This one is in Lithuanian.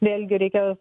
vėlgi reikia